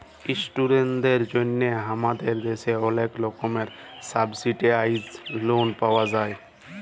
ইশটুডেন্টদের জন্হে হামাদের দ্যাশে ওলেক রকমের সাবসিডাইসদ লন পাওয়া যায়